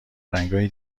رنگای